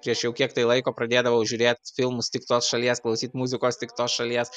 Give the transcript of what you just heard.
prieš jau kiek tai laiko pradėdavau žiūrėt filmus tik tos šalies klausyt muzikos tik tos šalies